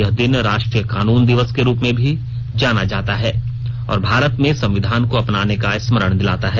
यह दिन राष्ट्रीय कानून दिवस के रूप में भी जाना जाता है और भारत में संविधान को अपनाने का स्मरण दिलाता है